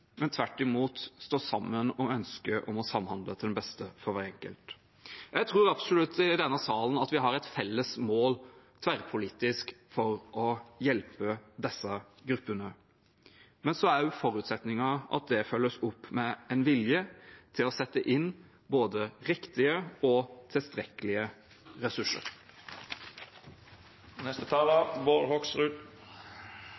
men tvert imot å stå sammen om ønsket om å samhandle til det beste for hver enkelt. Jeg tror absolutt at vi i denne salen har et tverrpolitisk felles mål om å hjelpe disse gruppene, men så er forutsetningen at det følges opp med en vilje til å sette inn både riktige og tilstrekkelige ressurser.